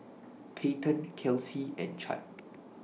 Payten Kelsie and Chadd